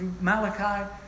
Malachi